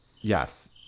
Yes